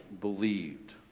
believed